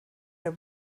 der